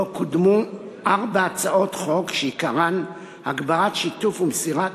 שבו קודמו ארבע הצעות חוק שעיקרן הגברת שיתוף ומסירת